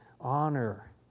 Honor